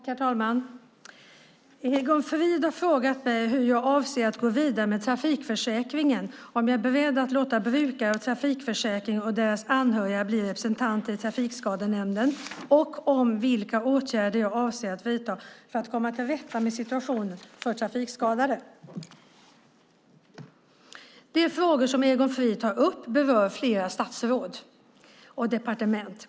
Herr talman! Egon Frid har frågat mig hur jag avser att gå vidare med trafikskadeförsäkringen, om jag är beredd att låta brukare av trafikförsäkringen och deras anhöriga bli representerade i Trafikskadenämnden och om vilka åtgärder jag avser att vidta för att komma till rätta med situationen för trafikskadade. De frågor som Egon Frid tar upp berör flera statsråd och departement.